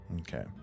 Okay